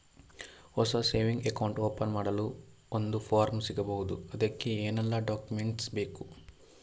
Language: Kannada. ಹೊಸ ಸೇವಿಂಗ್ ಅಕೌಂಟ್ ಓಪನ್ ಮಾಡಲು ಒಂದು ಫಾರ್ಮ್ ಸಿಗಬಹುದು? ಅದಕ್ಕೆ ಏನೆಲ್ಲಾ ಡಾಕ್ಯುಮೆಂಟ್ಸ್ ಬೇಕು?